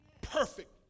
perfect